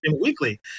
weekly